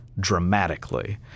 dramatically